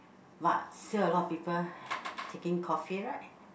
but still a lot of people taking coffee right